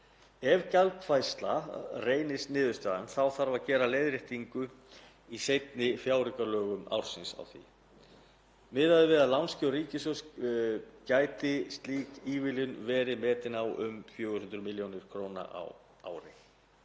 Ef gjaldfærsla reynist niðurstaðan þá þarf að gera leiðréttingu í seinni fjáraukalögum ársins. Miðað við lánskjör ríkissjóðs gæti slík ívilnun verið metin á um 400 milljónir kr. á ári.